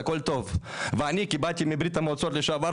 הכול טוב ואני כי באתי מברית המועצות לשעבר,